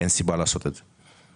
אין סיבה לעשות את זה.